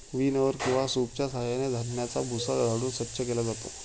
विनओवर किंवा सूपच्या साहाय्याने धान्याचा भुसा झाडून स्वच्छ केला जातो